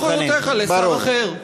ונעביר את סמכויותיך לשר אחר?